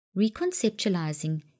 Reconceptualizing